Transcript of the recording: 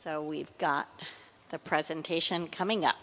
so we've got the presentation coming up